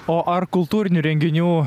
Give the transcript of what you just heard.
o ar kultūrinių renginių